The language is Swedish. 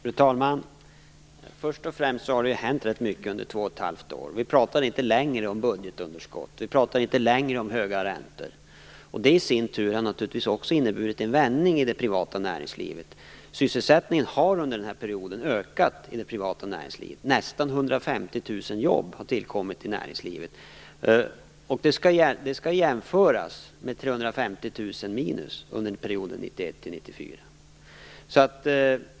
Fru talman! Först och främst har det hänt rätt mycket under två och ett halvt år. Vi pratar inte längre om budgetunderskott. Vi pratar inte längre om höga räntor. Det i sin tur har naturligtvis också inneburit en vändning i det privata näringslivet. Sysselsättningen har under den här perioden ökat i det privata näringslivet. Nästan 150 000 jobb har tillkommit i näringslivet. Det skall jämföras med ett minus på 350 000 under perioden 1991-1994.